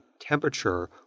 temperature